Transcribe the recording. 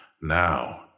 Now